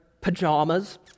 pajamas